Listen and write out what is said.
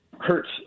hurts